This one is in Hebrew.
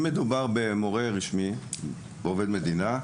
אם מדובר במורה רשמי, בעובד מדינה,